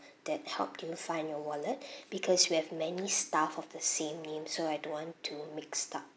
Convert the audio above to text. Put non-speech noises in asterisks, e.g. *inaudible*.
that helped you find your wallet *breath* because we have many staff of the same name so I don't want to mix up